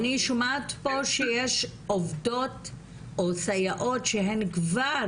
אני שומעת פה שיש עובדות או סייעות שהן כבר